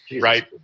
Right